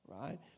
right